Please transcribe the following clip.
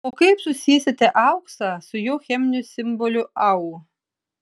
o kaip susiesite auksą su jo cheminiu simboliu au